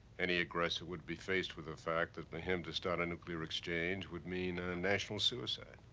any aggressor would be faced with the fact that for him to start a nuclear exchange would mean and and national suicide.